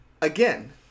Again